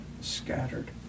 scattered